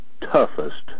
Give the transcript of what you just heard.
toughest